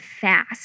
fast